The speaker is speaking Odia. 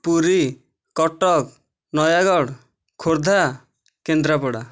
ପୁରୀ କଟକ ନୟାଗଡ଼ ଖୋର୍ଦ୍ଧା କେନ୍ଦ୍ରାପଡ଼ା